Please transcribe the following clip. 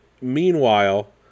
meanwhile